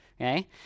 okay